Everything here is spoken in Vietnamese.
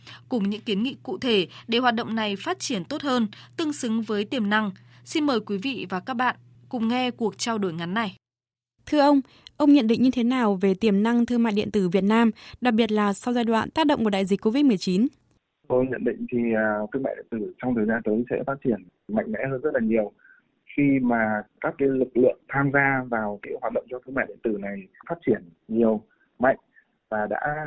Cùng những kiến nghị cụ thể để hoạt động này phát triển tốt hơn, tương xứng với tiềm năng. Xin mời quý vị và các bạn cùng nghe cuộc trao đổi ngắn này. Thưa ông, ông nhận định như thế nào về tiềm năng thương mại điện tử Việt Nam, đặc biệt là sau giai đoạn tác động của đại dịch COVID-19? Tôi nhận định thì, à, thương mại điện tử trong thời gian tới sẽ phát triển mạnh mẽ hơn rất là nhiều. Khi mà các cái lực lượng tham gia vào cái hoạt động cho thương mại điện tử này phát triển nhiều, mạnh và đã